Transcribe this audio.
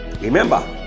remember